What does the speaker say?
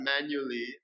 manually